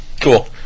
Cool